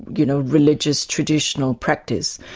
you know religious traditional practice.